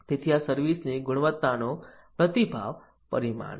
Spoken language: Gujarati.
તેથી આ સર્વિસ ની ગુણવત્તાનો પ્રતિભાવ પરિમાણ છે